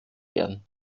werden